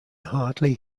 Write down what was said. hardly